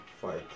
fight